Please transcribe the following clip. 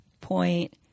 point